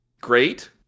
great